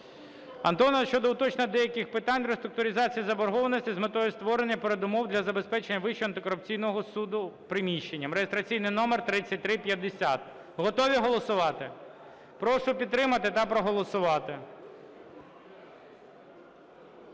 "Антонов" щодо уточнення деяких питань реструктуризації заборгованості з метою створення передумов для забезпечення Вищого антикорупційного суду приміщенням" (реєстраційний номер 3350). Готові голосувати? Прошу підтримати та проголосувати.